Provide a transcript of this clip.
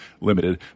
limited